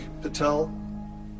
Patel